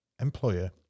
employer